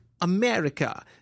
America